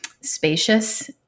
spacious